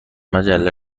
مجله